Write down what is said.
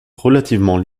relativement